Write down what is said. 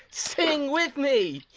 sing with me.